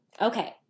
Okay